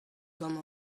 gant